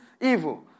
evil